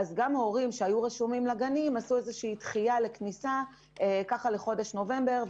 גם ההורים שהיו רשומים לגנים עשו דחייה לכניסה לחודש נובמבר,